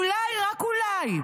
או אולי,